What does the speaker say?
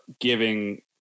giving